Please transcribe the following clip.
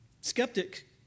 Skeptic